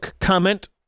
comment